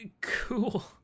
Cool